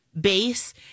base